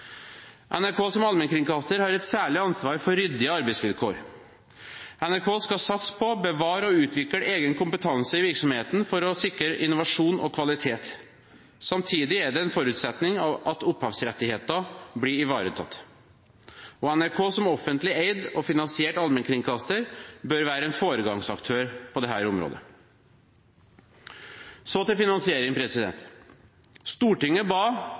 NRK som allmennkringkaster har et særlig ansvar for ryddige arbeidsvilkår. NRK skal satse på, bevare og utvikle egen kompetanse i virksomheten for å sikre innovasjon og kvalitet. Samtidig er det en forutsetning at opphavsrettigheter blir ivaretatt, og NRK som offentlig eid og finansiert allmennkringkaster bør være en foregangsaktør på dette området. Så til finansiering. Stortinget ba